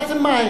מה זה "מהן"?